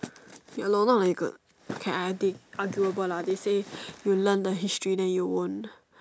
ya lor not very good okay I I think arguable lah they say you learn the history then you won't